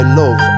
love